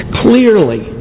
clearly